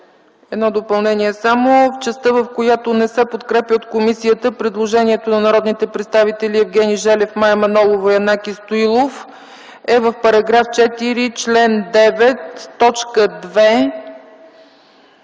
едно допълнение – частта, в която не се подкрепя от комисията предложението на народните представители Евгений Желев, Мая Манолова и Янаки Стоилов е в § 4, чл. 9, т. 2